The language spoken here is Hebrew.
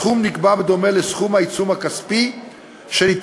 הסכום נקבע בדומה לסכום העיצום הכספי שניתן